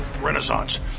renaissance